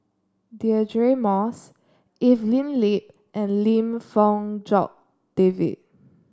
Deirdre Moss Evelyn Lip and Lim Fong Jock David